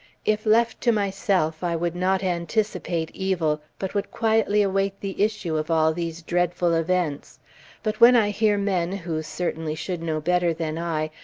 if left to myself, i would not anticipate evil, but would quietly await the issue of all these dreadful events but when i hear men, who certainly should know better than i,